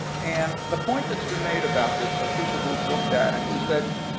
and the point that's been made about this by people who have looked at it is that,